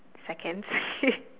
seconds